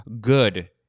good